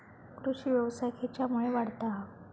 कृषीव्यवसाय खेच्यामुळे वाढता हा?